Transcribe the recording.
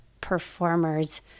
performers